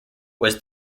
was